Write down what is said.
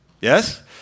Yes